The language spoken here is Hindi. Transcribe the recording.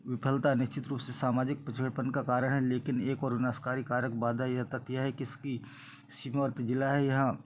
विफलता निश्चित रूप से सामाजिक पिछड़ेपन का कारण है लेकिन एक और विनाशकारी कारक बाधा यह तथ्य है कि इसकी सीमावर्ती जिला है यह